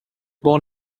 born